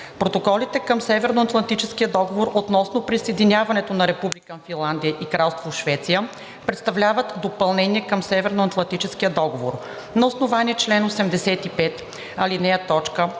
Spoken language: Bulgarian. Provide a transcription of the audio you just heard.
Протоколите към Северноатлантическия договор относно присъединяването на Република Финландия и Кралство Швеция представляват допълнение към Северноатлантическия договор. На основание чл. 85, ал.